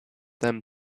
them